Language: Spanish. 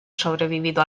sobrevivido